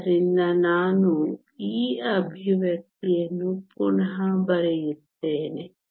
ಆದ್ದರಿಂದ ನಾನು ಈ ಎಕ್ಸ್ಪ್ರೆಶನ್ ಯನ್ನು ಪುನಃ ಬರೆಯುತ್ತೇನೆ